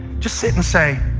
just sit and say,